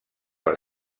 les